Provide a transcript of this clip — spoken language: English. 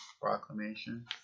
Proclamation